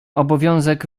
obowiązek